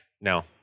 No